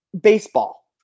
baseball